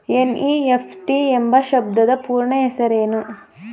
NEFT ಎಂಬ ಶಬ್ದದ ಪೂರ್ಣ ಹೆಸರೇನು?